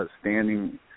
standing